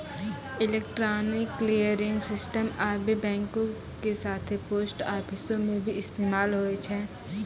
electronic clearing system आबे बैंको के साथे पोस्ट आफिसो मे भी इस्तेमाल होय छै